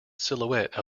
silhouette